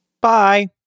Bye